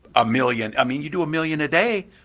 a million i mean, you do a million a day,